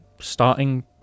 starting